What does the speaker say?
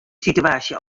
sitewaasje